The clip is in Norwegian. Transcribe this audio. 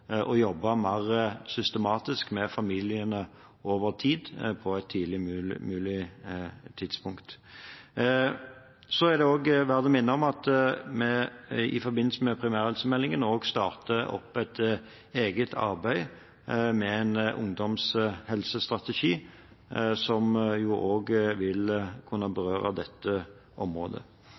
å jobbe mer systematisk med familiene over tid på et tidligst mulig tidspunkt. Så er det verdt å minne om at vi i forbindelse med primærhelsemeldingen også starter opp et eget arbeid med en ungdomshelsestrategi, som også vil kunne berøre dette området.